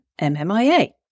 MMIA